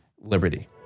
Liberty